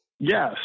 Yes